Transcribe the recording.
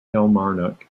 kilmarnock